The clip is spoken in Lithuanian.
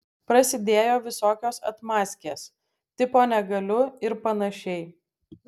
prasidėjo visokios atmazkės tipo negaliu ir panašiai